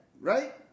right